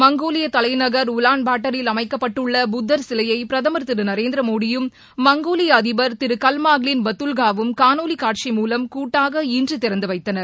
மங்கோலிய தலைநகர் உலான்பாட்டரில் அமைக்கப்பட்டுள்ள புத்தர் சிலையை பிரதமர் திரு நரேந்திரமோடியும் மங்கோலிய அதிபர் திரு கவ்ட்மாங்ளின் பட்டுல்காவும் காணொலி காட்சி மூலம் கூட்டாக இன்று திறந்து வைத்தனர்